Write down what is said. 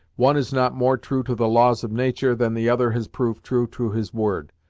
one is not more true to the laws of natur', than the other has proved true to his word.